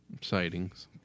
sightings